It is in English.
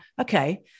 okay